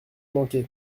manqué